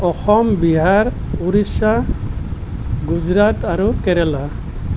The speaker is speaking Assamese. অসম বিহাৰ উৰিষ্যা গুজৰাট আৰু কেৰেলা